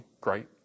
great